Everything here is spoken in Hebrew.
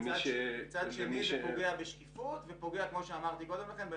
מצד שני זה פוגע בשקיפות ופוגע באפקטיביות.